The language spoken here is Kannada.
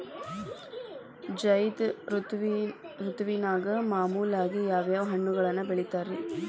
ಝೈದ್ ಋತುವಿನಾಗ ಮಾಮೂಲಾಗಿ ಯಾವ್ಯಾವ ಹಣ್ಣುಗಳನ್ನ ಬೆಳಿತಾರ ರೇ?